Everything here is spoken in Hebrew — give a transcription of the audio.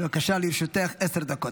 בבקשה, לרשותך עשר דקות.